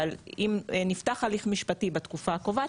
אבל אם נפתח הליך משפטי בתקופה הקובעת,